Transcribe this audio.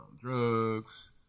drugs